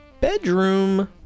bedroom